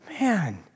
Man